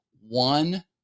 one